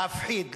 להפחיד,